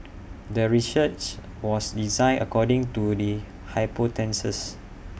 the research was designed according to the hypothesis